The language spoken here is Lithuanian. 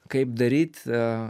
kaip daryt